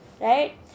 right